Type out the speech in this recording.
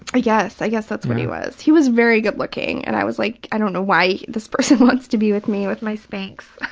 i guess, i guess that's what he was. he was very good looking. and i was like, i don't now why this person wants to be with me with my spanx.